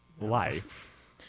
life